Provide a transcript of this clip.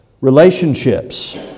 Relationships